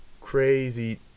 crazy